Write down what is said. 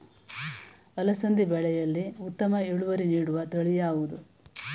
ಅಲಸಂದಿ ಬೆಳೆಯಲ್ಲಿ ಉತ್ತಮ ಇಳುವರಿ ನೀಡುವ ತಳಿ ಯಾವುದು?